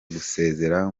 gusezera